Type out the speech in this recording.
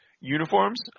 uniforms